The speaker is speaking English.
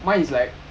ya